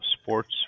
sports